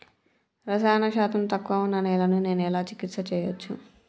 రసాయన శాతం తక్కువ ఉన్న నేలను నేను ఎలా చికిత్స చేయచ్చు?